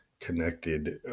connected